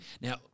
Now